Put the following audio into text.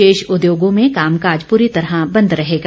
शेष उद्योगों में कामकाज पूरी तरह बंद रहेगा